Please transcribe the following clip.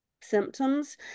symptoms